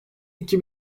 iki